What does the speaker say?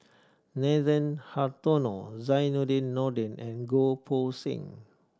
Nathan Hartono Zainudin Nordin and Goh Poh Seng